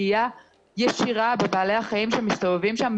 פגיעה ישירה בבעלי החיים שמסתובבים שם,